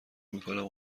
میکنم